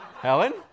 Helen